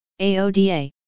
AODA